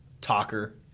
talker